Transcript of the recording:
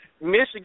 Michigan